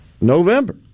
November